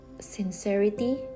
sincerity